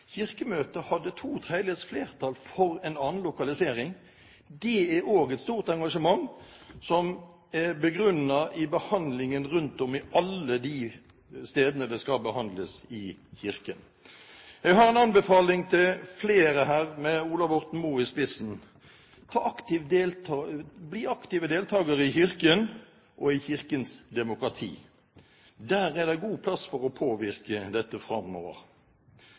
Kirkemøtet hadde to tredjedels flertall for en annen lokalisering. Det er også et stort engasjement, som er begrunnet i behandlingen rundt om i alle de stedene det skal behandles i Kirken. Jeg har en anbefaling til flere her, med Ola Borten Moe i spissen: Bli aktive deltakere i Kirken og i Kirkens demokrati. Der er det god plass til å påvirke dette framover.